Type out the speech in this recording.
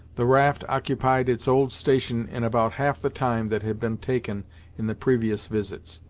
the raft occupied its old station in about half the time that had been taken in the previous visits.